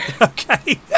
okay